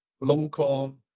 local